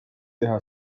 teha